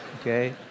Okay